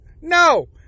No